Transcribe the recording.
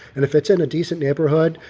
and if it's in a decent neighborhood,